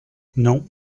non